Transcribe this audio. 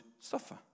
suffer